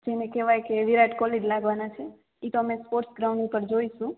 જેને કેવાયે કે વિરાટ કોહલી લાગવાના છે ઇ તો અમે સ્પોર્ટ ગ્રાઉન્ડ ઉપર જોઇસ હું